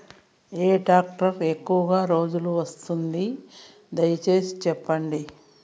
ఏ tractor ఎక్కువగా రోజులు వస్తుంది, దయసేసి చెప్పండి?